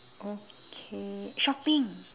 okay shopping